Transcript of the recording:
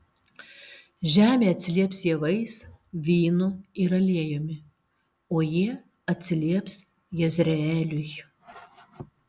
žemė atsilieps javais vynu ir aliejumi o jie atsilieps jezreeliui